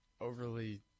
overly